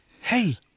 hey